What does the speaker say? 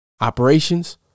operations